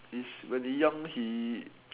he's when he's young he